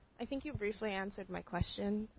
i think you've briefly answered my question.